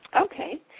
Okay